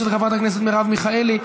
של חברת הכנסת מרב מיכאלי,